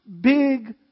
big